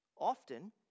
Often